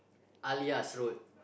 Alias Road